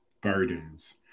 burdens